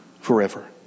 forever